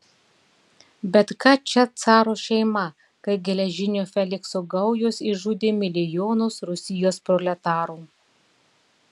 bet ką čia caro šeima kai geležinio felikso gaujos išžudė milijonus rusijos proletarų